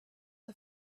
are